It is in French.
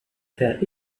faire